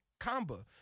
Kamba